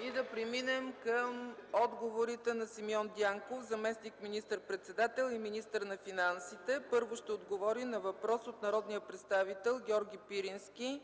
днес. Преминаваме към отговорите на Симеон Дянков – заместник министър-председател и министър на финансите. Първо ще отговори на въпрос от народния представител Георги Пирински